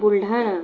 Buldhana